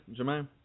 Jermaine